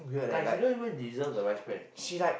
like she don't even deserve the vice pres